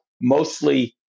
mostly